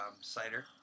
cider